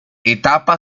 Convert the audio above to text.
etapa